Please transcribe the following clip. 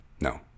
no